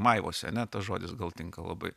maivosi ane tas žodis gal tinka labai